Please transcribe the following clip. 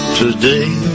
today